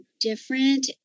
different